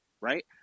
right